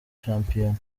shampiyona